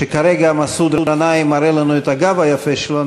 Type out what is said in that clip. כשכרגע מסעוד גנאים מראה לנו את הגב היפה שלו,